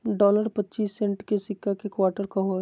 dollar पच्चीस cent के सिक्का के क्वार्टर कहो हइ